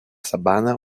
sabana